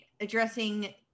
addressing